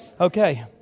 Okay